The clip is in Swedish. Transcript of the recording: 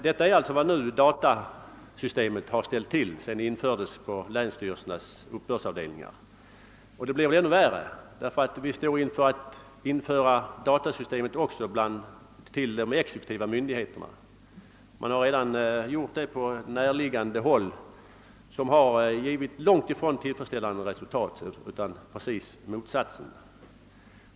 Dessa felaktigheter har uppstått efter ADB-systemets införande vid länsstyrelsernas uppbördsavdelningar, och förhållandena kan bli än värre. Vi står nämligen nu i begrepp att införa databehandling också vid de exekutiva myndigheterna. Så har redan skett på näraliggande håll, och resultatet är långt ifrån tillfredsställande, snarare i hög grad motsatsen.